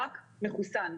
רק מחוסן.